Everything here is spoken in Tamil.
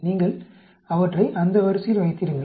நீங்கள் அவற்றை அந்த வரிசையில் வைத்திருங்கள்